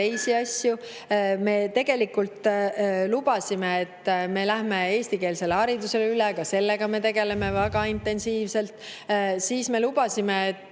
Me lubasime, et me läheme üle eestikeelsele haridusele – ka sellega me tegeleme väga intensiivselt. Siis me lubasime, et